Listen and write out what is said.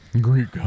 Greek